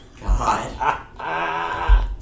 God